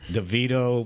DeVito